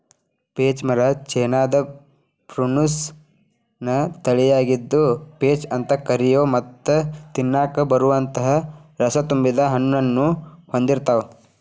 peach ಮರ ಚೇನಾದ Prunus ನ ತಳಿಯಾಗಿದ್ದು, ಪೇಚ್ ಅಂತ ಕರಿಯೋ ಮತ್ತ ತಿನ್ನಾಕ ಬರುವಂತ ರಸತುಂಬಿದ ಹಣ್ಣನ್ನು ಹೊಂದಿರ್ತಾವ